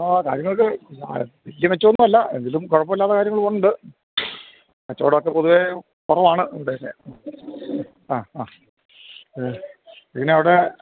ആ കാര്യങ്ങളൊക്കെ വലിയ മെച്ചൊന്നുമല്ല എങ്കിലും കുഴപ്പമില്ലാതെ കാര്യങ്ങൾ പോകുന്നുണ്ട് കച്ചവടമൊക്കെ പൊതുവേ കുറവാണ് പിന്നെ ആ ആ പിന്നെ അവിടെ